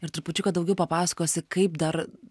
ir trupučiuką daugiau papasakosi kaip dar